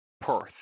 Perth